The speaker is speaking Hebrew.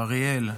שאריאל,